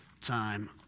time